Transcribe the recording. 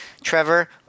Trevor